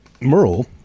Merle